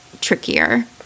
trickier